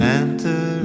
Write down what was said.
enter